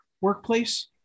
workplace